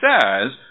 says